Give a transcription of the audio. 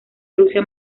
rusia